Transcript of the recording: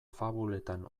fabuletan